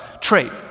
trait